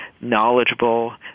knowledgeable